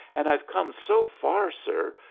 and i've come so far, sir.